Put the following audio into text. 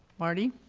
marty?